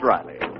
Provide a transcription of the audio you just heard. Riley